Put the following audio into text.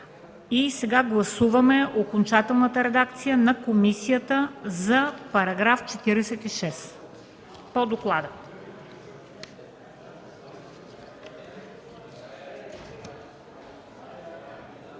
Сега гласуваме окончателната редакция на комисията за § 46 – по доклада.